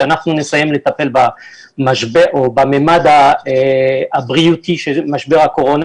כשאנחנו נסיים לטפל בממד הבריאותי של משבר הקורונה,